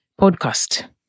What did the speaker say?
podcast